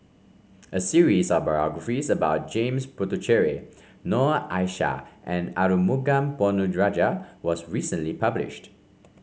a series of biographies about James Puthucheary Noor Aishah and Arumugam Ponnu Rajah was recently published